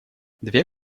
две